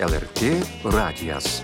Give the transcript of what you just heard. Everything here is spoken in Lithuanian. lrt radijas